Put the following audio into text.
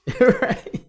Right